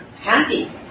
happy